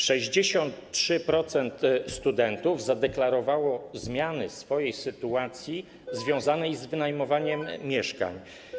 63% studentów zadeklarowało zmianę swojej sytuacji związanej z wynajmowaniem mieszkań.